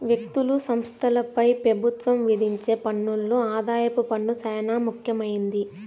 వ్యక్తులు, సంస్థలపై పెబుత్వం విధించే పన్నుల్లో ఆదాయపు పన్ను సేనా ముఖ్యమైంది